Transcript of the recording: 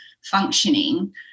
functioning